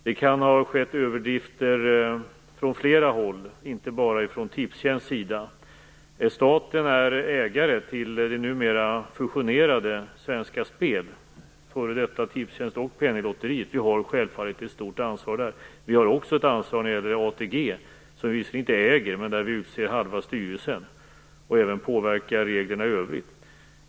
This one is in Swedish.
Det kan ha skett överdrifter från flera håll, inte bara från Svenska Spel, f.d. Tipstjänst och Penninglotteriet. Vi har självfallet ett stort ansvar där. Vi har också ett ansvar när det gäller ATG, som vi visserligen inte äger, men där vi utser halva styrelsen och även påverkar reglerna i övrigt.